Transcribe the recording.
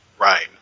Right